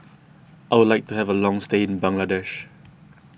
I would like to have a long stay in Bangladesh